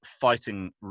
fighting